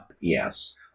Yes